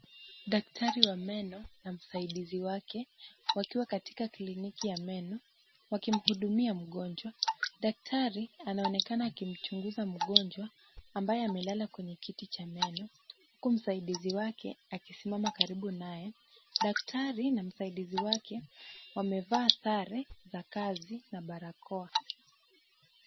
Daktari wa meno na msaidizi wake, wakiwa katika kliniki ya meno, wakimhudumia mgonjwa. Daktari anaonekana akimchunguza mgonjwa, ambaye amelala kwenye kiti cha meno, huku msaidizi wake akisimama karibu naye. Daktari na msaidizi wake wamevaa sare za kazi na barakoa.